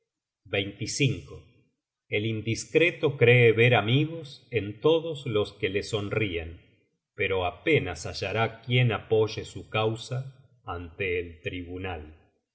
pena el indiscreto cree ver amigos en todos los que le sonrien pero apenas hallará quien apoye su causa ante el tribunal